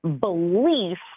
belief